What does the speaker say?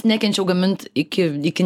nekenčiau gamint iki iki